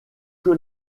que